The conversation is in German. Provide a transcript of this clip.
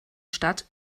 stadt